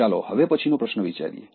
ચાલો હવે પછીનો પ્રશ્ન વિચારીએ